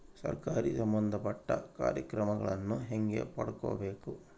ಸರಕಾರಿ ಸಂಬಂಧಪಟ್ಟ ಕಾರ್ಯಕ್ರಮಗಳನ್ನು ಹೆಂಗ ಪಡ್ಕೊಬೇಕು?